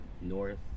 North